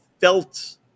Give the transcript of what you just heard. felt